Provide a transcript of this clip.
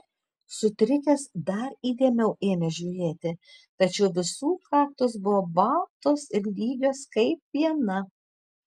sutrikęs dar įdėmiau ėmė žiūrėti tačiau visų kaktos buvo baltos ir lygios kaip viena